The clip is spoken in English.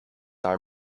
are